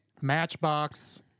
Matchbox